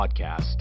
podcast